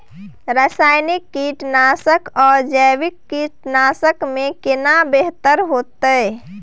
रसायनिक कीटनासक आ जैविक कीटनासक में केना बेहतर होतै?